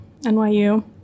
NYU